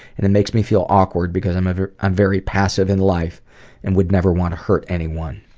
and it makes me feel awkward because i'm very i'm very passive in life and would never want to hurt anyone.